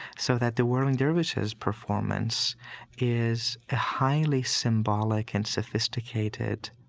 so that the whirling dervishes' performance is a highly symbolic and sophisticated